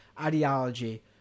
ideology